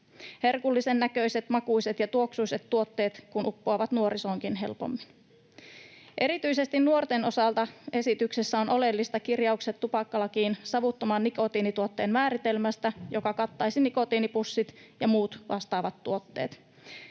Herkullisen näköiset, makuiset ja tuoksuiset tuotteet kun uppoavat nuorisoonkin helpommin. Erityisesti nuorten osalta esityksessä on oleellista kirjaukset tupakkalakiin savuttoman nikotiinituotteen määritelmästä, joka kattaisi nikotiinipussit ja muut vastaavat tuotteet.